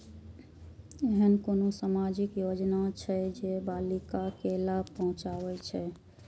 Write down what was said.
ऐहन कुनु सामाजिक योजना छे जे बालिका के लाभ पहुँचाबे छे?